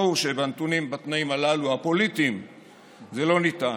ברור שבתנאים הפוליטיים הללו זה לא ניתן.